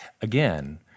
Again